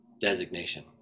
designation